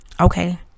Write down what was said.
Okay